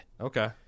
Okay